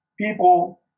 people